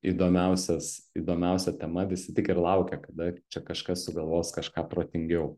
įdomiausias įdomiausia tema visi tik ir laukia kada čia kažkas sugalvos kažką protingiau